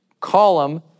Column